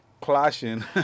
clashing